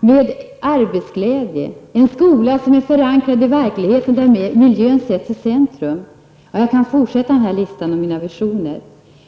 med arbetsglädje samt en skola som är förankrad i verkligheten och där miljön sätts i centrum. Jag skulle kunna fortsätta på den här listan över vad som är mina visioner.